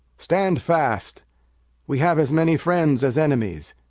stand fast we have as many friends as enemies.